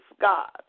God